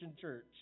church